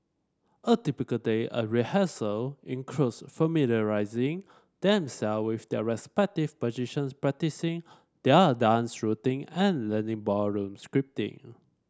a typical day at rehearsal includes familiarising them self with their respective positions practising their dance routine and learning balloon